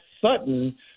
Sutton